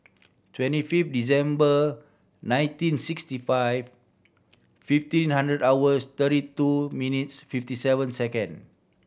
twenty fifth December nineteen sixty five fifteen hundred hours thirty two minutes fifty seven second